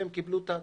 והם קיבלו את ההטבה.